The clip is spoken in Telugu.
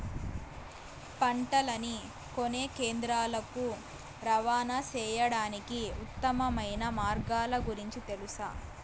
పంటలని కొనే కేంద్రాలు కు రవాణా సేయడానికి ఉత్తమమైన మార్గాల గురించి తెలుసా?